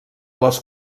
les